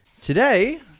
Today